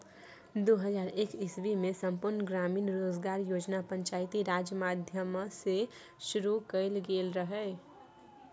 दु हजार एक इस्बीमे संपुर्ण ग्रामीण रोजगार योजना पंचायती राज माध्यमसँ शुरु कएल गेल रहय